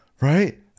Right